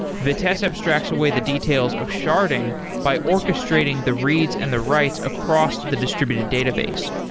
vitess abstracts away the details of sharding by orchestrating the reads and the writes across the distributed database.